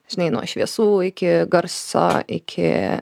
žinai nuo šviesų iki garso iki